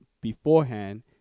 beforehand